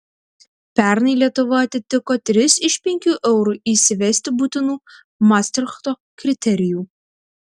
pernai lietuva atitiko tris iš penkių eurui įsivesti būtinų mastrichto kriterijų